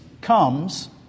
comes